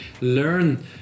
learn